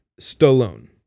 Stallone